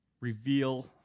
reveal